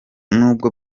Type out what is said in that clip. n’ubwo